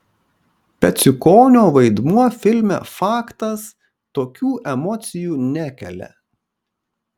peciukonio vaidmuo filme faktas tokių emocijų nekelia